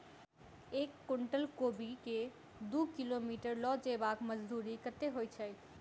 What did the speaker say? एक कुनटल कोबी केँ दु किलोमीटर लऽ जेबाक मजदूरी कत्ते होइ छै?